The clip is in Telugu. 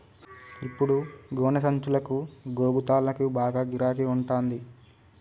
ఇప్పుడు గోనె సంచులకు, గోగు తాళ్లకు బాగా గిరాకి ఉంటంది